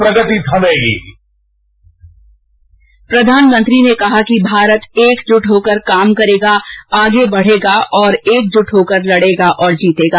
प्रधानमंत्री ने कहा कि भारत एकजुट होकर काम करेगा आगे बढ़ेगा और एकजुट होकर लड़ेगा और जीतेगा